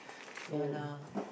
ya lah